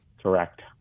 Correct